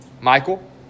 Michael